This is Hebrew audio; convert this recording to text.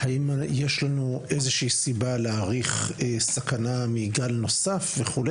האם יש לנו איזה שהיא סיבה להעריך סכנה מגל נוסף וכו',